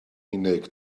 unig